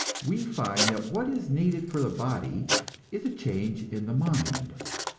we find that what is needed for the body is a change in the mind.